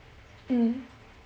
mm